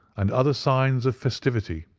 and other signs of festivity.